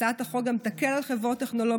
הצעת החוק גם תקל על חברות טכנולוגיה